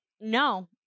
No